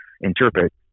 interpret